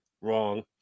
Wrong